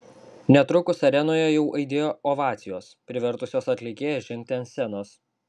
netrukus arenoje jau aidėjo ovacijos privertusios atlikėją žengti ant scenos